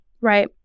right